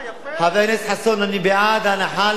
חבר הכנסת חסון, אני בעד הנחה לסטודנטים.